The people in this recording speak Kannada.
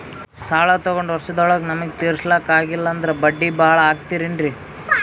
ಸಾಲ ತೊಗೊಂಡು ವರ್ಷದೋಳಗ ನಮಗೆ ತೀರಿಸ್ಲಿಕಾ ಆಗಿಲ್ಲಾ ಅಂದ್ರ ಬಡ್ಡಿ ಬಹಳಾ ಆಗತಿರೆನ್ರಿ?